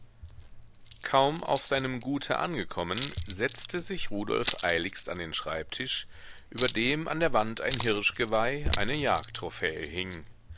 kaum auf seinem gute angekommen setzte sich rudolf eiligst an den schreibtisch über dem an der wand ein hirschgeweih eine jagdtrophäe hing